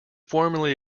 formally